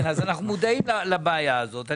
אנחנו מודעים לבעיה הזאת.